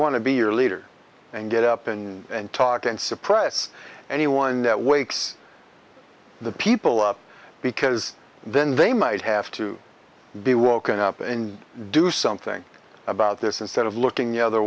want to be your leader and get up and talk and suppress anyone that wakes the people up because then they might have to be woken up and do something about this instead of looking the other